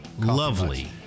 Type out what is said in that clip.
Lovely